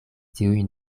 tiuj